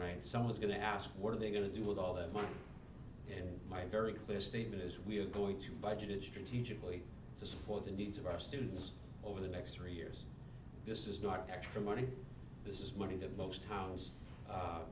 and someone's going to ask what are they going to do with all that money and my very clear statement is we are going to budget strategically to support the needs of our students over the next three years this is not extra money this is money that most